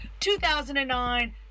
2009